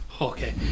Okay